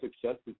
successes